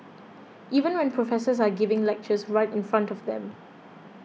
even when professors are giving lectures right in front of them